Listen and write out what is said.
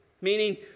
meaning